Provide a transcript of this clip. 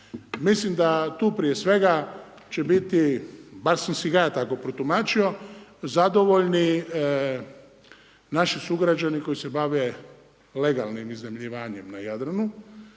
Mislim da tu prije svega će biti bar sam si ga ja tako protumačio, zadovoljni naši sugrađani koji se bave legalnim iznajmljivanjem na Jadranu